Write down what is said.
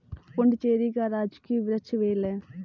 पुडुचेरी का राजकीय वृक्ष बेल है